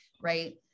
right